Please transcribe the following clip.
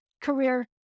career